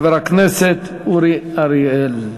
חבר הכנסת אורי אריאל.